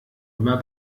immer